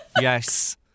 Yes